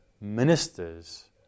ministers